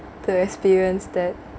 to experience that